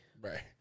Right